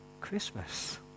Christmas